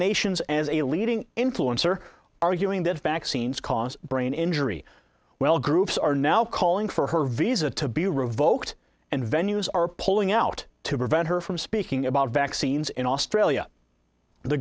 nations as a leading influence are arguing that vaccines cause brain injury well groups are now calling for her visa to be revoked and venues are pulling out to prevent her from speaking about vaccines in australia the